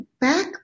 back